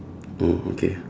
oh okay ah